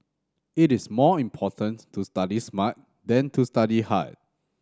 it is more important to study smart than to study hard